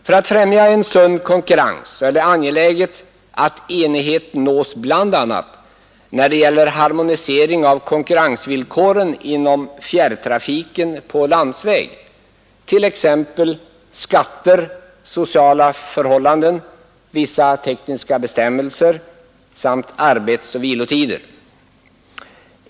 För att främja sund konkurrens är det angeläget att enighet nås bl.a. när det gäller harmonisering av konkurrensvillkoren inom fjärrtrafiken på landsväg, t.ex. i fråga om skatter, sociala förhållanden, vissa tekniska bestämmelser samt arbetsoch vilotider.